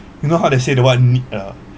you know how they say the want need ah